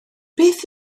beth